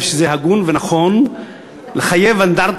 שהיא הנמקה